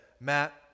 Matt